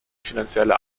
finanzielle